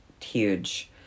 huge